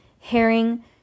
Herring